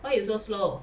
why you so slow